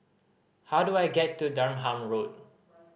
how do I get to Durham Road